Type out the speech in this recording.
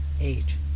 eight